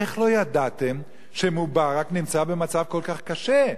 איך לא ידעתם שמובארק נמצא במצב כל כך קשה?